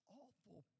awful